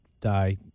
die